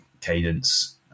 cadence